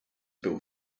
bill